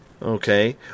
Okay